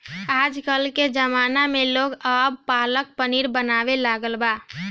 आजकल के ज़माना में लोग अब पालक पनीर बनावे लागल बा